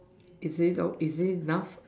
is it is this enough